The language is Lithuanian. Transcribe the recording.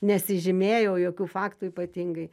nesižymėjau jokių faktų ypatingai